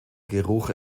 geruch